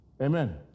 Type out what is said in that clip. Amen